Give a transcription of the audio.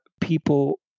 people